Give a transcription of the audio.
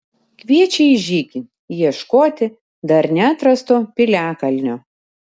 kviečia į žygį ieškoti dar neatrasto piliakalnio